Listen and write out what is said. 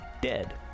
dead